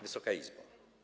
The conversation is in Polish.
Wysoka Izbo!